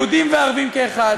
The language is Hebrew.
יהודים וערבים כאחד,